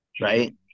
right